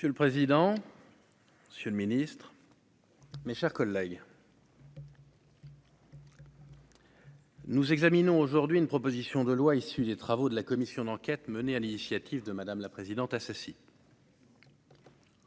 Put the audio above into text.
Monsieur le président, sur le ministre. Mes chers collègues. Nous examinons aujourd'hui une proposition de loi issu des travaux de la commission d'enquête menée à l'initiative de Madame la Présidente, assassiné.